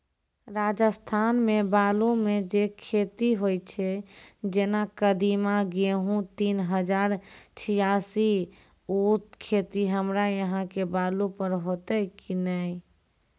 राजस्थान मे बालू मे जे खेती होय छै जेना कदीमा, गेहूँ तीन हजार छियासी, उ खेती हमरा यहाँ के बालू पर होते की नैय?